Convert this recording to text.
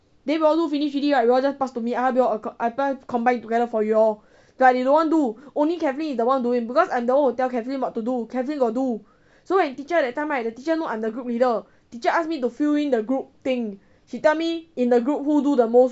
then we all do finish already right then you all just pass to me I combine together for you all but they don't want do only kathlyn is one doing because I'm the one who tell kathlyn what to do kathlyn got do so when teacher that time right the teacher know I'm the group leader teacher ask me to fill in the group thing she tell me in the group who do the most